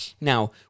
Now